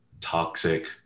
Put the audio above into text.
toxic